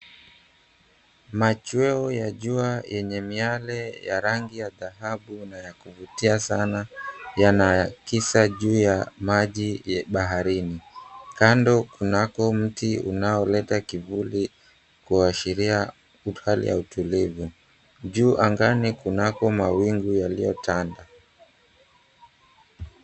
Machweo ya jua yenye miale ya rangi ya dhahabu na ya kuvutia sana yana kisa juu ya maji ya baharini. Kando kunako mti unaoleta kivuli kuashiria utulivu juu angani kunako mawingu yaliyotanda.